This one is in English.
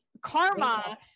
karma